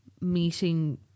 meeting